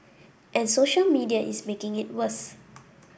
and social media is making it worse